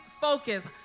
focus